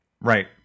Right